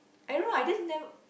I don't know I just never